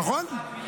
נכון.